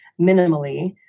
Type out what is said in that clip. minimally